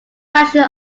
fashion